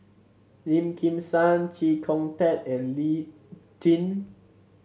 Lim Kim San Chee Kong Tet and Lee Tjin